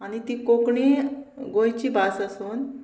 आनी ती कोंकणी गोंयची भास आसून